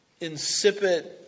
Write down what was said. insipid